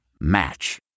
Match